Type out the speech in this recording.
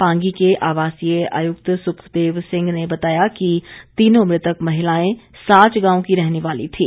पांगी के आवासीय आयुक्त सुखदेव सिंह ने बताया कि तीनों मृतक महिलाएं साच गांव की रहने वाली थीं